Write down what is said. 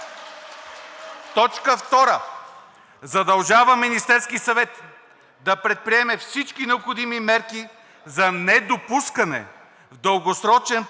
„Браво!“) 2. Задължава Министерския съвет да предприеме всички необходими мерки за недопускане в дългосрочен план